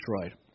destroyed